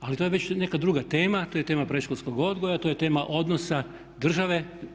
ali to je već neka druga tema, to je tema predškolskog odgoja, to je tema odnosa države.